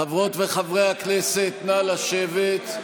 חברות וחברי הכנסת, נא לשבת.